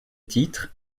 titre